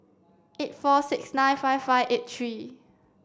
eight four six nine five five eight three